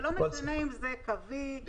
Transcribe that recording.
לא משנה אם זה בטלפון קווי או סלולרי,